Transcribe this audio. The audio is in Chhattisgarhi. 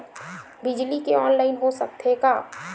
बिजली के ऑनलाइन हो सकथे का?